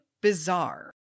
bizarre